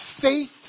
faith